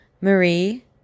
Marie